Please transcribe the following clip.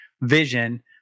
vision